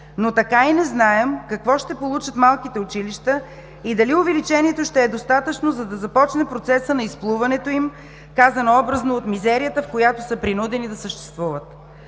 но така и не знаем какво ще получат малките училища и дали увеличението ще е достатъчно, за да започне процесът на изплуването им, казано образно, от мизерията, в която са принудени да съществуват.